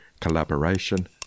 collaboration